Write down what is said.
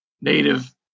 Native